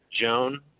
joan